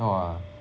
!wah!